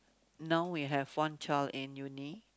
now we have one child in uni